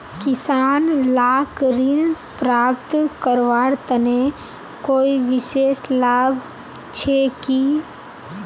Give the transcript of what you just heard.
किसान लाक ऋण प्राप्त करवार तने कोई विशेष लाभ छे कि?